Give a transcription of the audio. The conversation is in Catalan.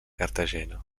cartagena